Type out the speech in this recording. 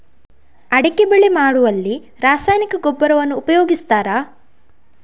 ಅಡಿಕೆ ಬೆಳೆ ಮಾಡುವಲ್ಲಿ ರಾಸಾಯನಿಕ ಗೊಬ್ಬರವನ್ನು ಉಪಯೋಗಿಸ್ತಾರ?